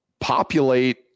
populate